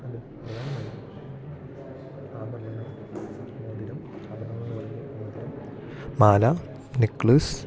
അതിൽ പ്രധാനമായും ആഭരണങ്ങൾ മോതിരം ആഭരണങ്ങൾ എന്ന് പറഞ്ഞാൽ മോതിരം മാല നെക്ളെസ്